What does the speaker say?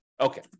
Okay